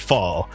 Fall